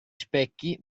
specchi